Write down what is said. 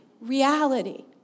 reality